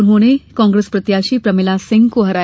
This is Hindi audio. उन्होंने कांग्रेस प्रत्याशी प्रमिला सिंह को हराया